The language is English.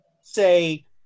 say